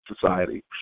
society